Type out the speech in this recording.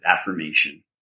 affirmation